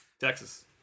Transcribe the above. Texas